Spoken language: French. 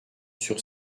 sur